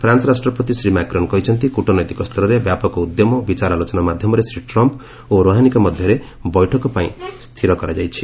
France ରାଷ୍ଟ୍ରପତି Shri Macron କହିଛନ୍ତି କ୍ରଟନୈତିକ ସ୍ତରରେ ବ୍ୟାପକ ଉଦ୍ୟମ ଓ ବିଚାର ଆଲୋଚନା ମାଧ୍ୟମରେ ଶ୍ରୀ ଟ୍ରମ୍ପ୍ ଓ ରୌହାନୀଙ୍କ ମଧ୍ୟରେ ବୈଠକ ପାଇଁ ସ୍ତିର କରାଯାଇଛି